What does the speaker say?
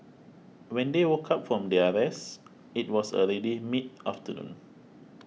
when they woke up from their rest it was already mid afternoon